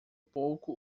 pouco